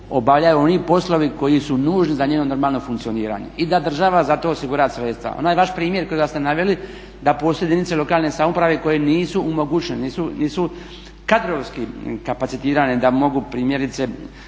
obavljaju oni poslovi koji su nužni za njeno normalno funkcioniranje i da država za to osigura sredstva. Onaj vaš primjer kojega ste naveli, da postoje jedinice lokalne samouprave koje nisu u mogućnosti, nisu kadrovski kapacitirane da mogu primjerice